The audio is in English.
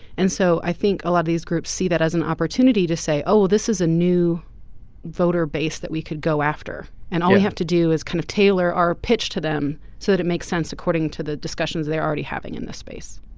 and so i think a lot of these groups see that as an opportunity to say oh this is a new voter base that we could go after and all we have to do is kind of tailor our pitch to them so that it makes sense according to the discussions they're already having in this space.